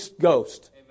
Ghost